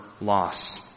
loss